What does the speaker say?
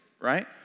right